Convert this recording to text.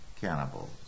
cannibals